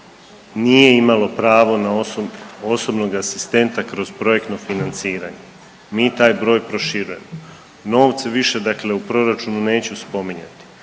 nije imalo pravo na osobnog asistenta kroz projektno financiranje, mi taj broj proširujemo. Novce više u proračunu neću spominjati.